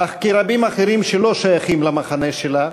אך כרבים אחרים שלא שייכים למחנה שלה,